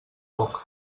boca